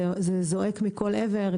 זה זועק מכל עבר,